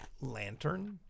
lantern